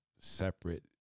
separate